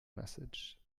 message